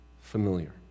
familiar